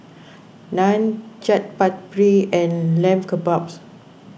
Naan Chaat Papri and Lamb Kebabs